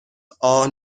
are